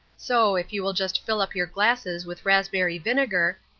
so, if you will just fill up your glasses with raspberry vinegar,